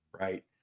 right